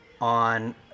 on